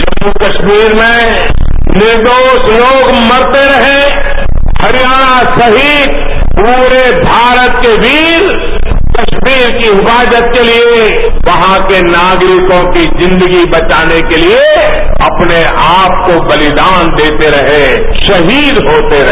जम्मू कश्मीर में निर्दोष लोग मरते रहे हरियाणा सहित पूरे भारत के वीर कश्मीर की हिफाजत के लिए वहां के नागरिकों की जिंदगी बचाने के लिए अपने आप को बलिदान देते रहे शहीद होते रहे